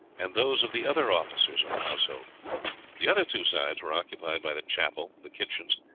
and those of the other officers of the household the other two sides were occupied by the chapel, the kitchens,